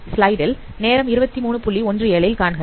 ஸ்லைடில் நேரம் 2317 காண்க